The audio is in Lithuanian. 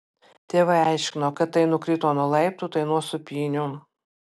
tėvai aiškino kad tai nukrito nuo laiptų tai nuo sūpynių